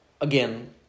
Again